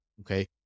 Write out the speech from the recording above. Okay